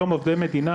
היום עובדי מדינה,